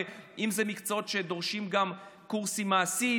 ואם אלה מקצועות שדורשים גם קורסים מעשיים,